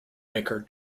maker